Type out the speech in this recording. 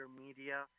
media